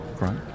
Right